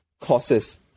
courses